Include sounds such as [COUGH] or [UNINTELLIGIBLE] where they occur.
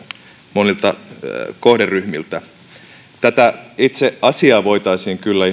monilta kohderyhmiltä tästä itse asiasta voitaisiin kyllä [UNINTELLIGIBLE]